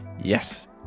Yes